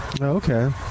Okay